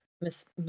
Miss